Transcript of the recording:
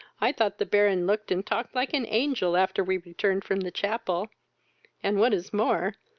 i thought the baron looked and talked like an angel after we returned from the chapel and, what is more,